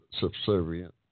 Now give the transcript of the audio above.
subservient